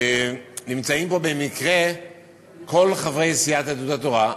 נמצאים פה במקרה כל חברי סיעת יהדות התורה.